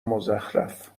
مزخرف